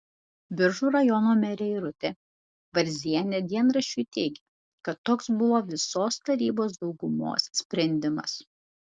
biržų rajono merė irutė varzienė dienraščiui teigė kad toks buvo visos tarybos daugumos sprendimas